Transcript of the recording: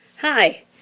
Hi